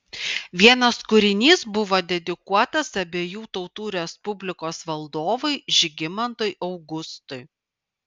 vienas kūrinys buvo dedikuotas abiejų tautų respublikos valdovui žygimantui augustui